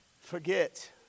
forget